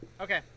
Okay